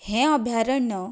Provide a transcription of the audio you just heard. हें अभ्यारण्य